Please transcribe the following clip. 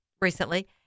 recently